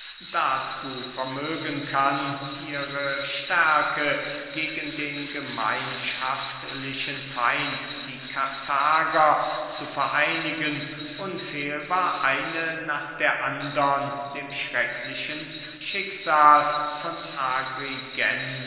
dazu vermögen kann ihre stärke gegen den gemeinschaftlichen feind die karthager zu vereinigen unfehlbar eine nach der andern dem schrecklichen schicksal von